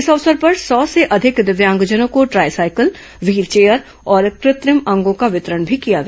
इस अवसर पर सौ से अधिक दिव्यांगजनों को ट्रायसाइकिल व्हीलचेयर और कृत्रिम अंगों का वितरण भी किया गया